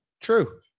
True